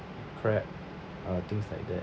crab uh things like that